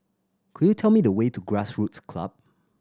could you tell me the way to Grassroots Club